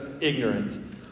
ignorant